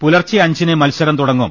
പുലർച്ചെ അഞ്ചിന് മത്സരം തൂടങ്ങും